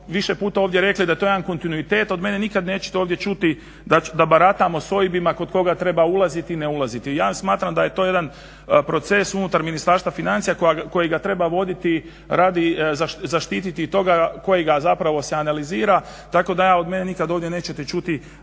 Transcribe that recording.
više puta ovdje rekli da je to jedan kontinuitet. Od mene nikad nećete ovdje čuti da baratamo s OIB-ima, kod koga treba ulaziti, i ne ulaziti. Ja smatram da je to jedan proces unutar Ministarstva financija koji ga treba voditi radi, zaštiti toga koji ga zapravo se analizira tako da ja, od mene nikad ovdje nećete čuti